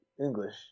English